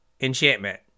enchantment